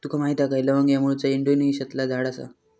तुका माहीत हा काय लवंग ह्या मूळचा इंडोनेशियातला झाड आसा